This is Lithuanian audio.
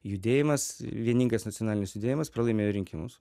judėjimas vieningas nacionalinis judėjimas pralaimėjo rinkimus